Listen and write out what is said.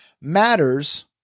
matters